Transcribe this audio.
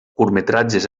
curtmetratges